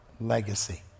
legacy